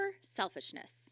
selfishness